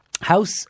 house